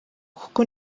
kuko